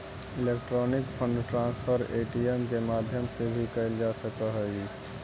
electronic fund transfer ATM के माध्यम से भी कैल जा सकऽ हइ